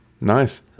Nice